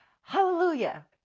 Hallelujah